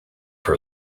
her